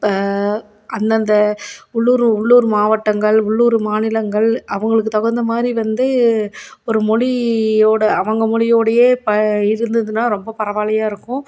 ப அந்தந்த உள்ளூர் உள்ளூர் மாவட்டங்கள் உள்ளூர் மாநிலங்கள் அவங்களுக்கு தகுந்தமாதிரி வந்து ஒரு மொழியோட அவங்க மொழியோடையே ப இருந்துதுன்னா ரொம்ப பரவால்லையாக இருக்கும்